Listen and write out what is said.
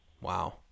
Wow